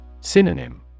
Synonym